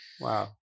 Wow